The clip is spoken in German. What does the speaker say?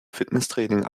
fitnesstraining